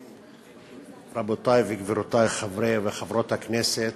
רבותי וגבירותי חברי וחברות הכנסת,